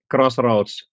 Crossroads